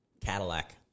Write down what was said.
Cadillac